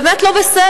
באמת לא בסדר.